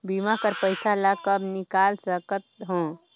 बीमा कर पइसा ला कब निकाल सकत हो?